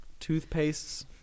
toothpastes